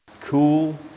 Cool